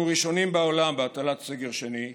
אנחנו ראשונים בעולם בהטלת סגר שני,